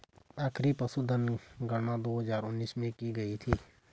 आखिरी पशुधन गणना दो हजार उन्नीस में की गयी थी